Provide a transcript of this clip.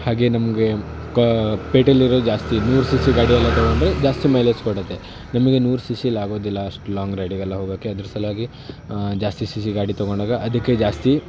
ಹಾಗೇ ನಮಗೆ ಕಾ ಪೇಟೇಲಿರೋರು ಜಾಸ್ತಿ ನೂರು ಸಿ ಸಿ ಗಾಡಿಯೆಲ್ಲ ತೊಗೊಂಡ್ರೆ ಜಾಸ್ತಿ ಮೈಲೇಜ್ ಕೊಡುತ್ತೆ ನಮಗೆ ನೂರು ಸಿ ಸಿ ಎಲ್ಲ ಆಗೋದಿಲ್ಲ ಅಷ್ಟು ಲಾಂಗ್ ರೈಡಿಗೆಲ್ಲ ಹೋಗೋಕೆ ಅದ್ರ ಸಲುವಾಗಿ ಜಾಸ್ತಿ ಸಿ ಸಿ ಗಾಡಿ ತೊಗೊಂಡಾಗ ಅದಕ್ಕೆ ಜಾಸ್ತಿ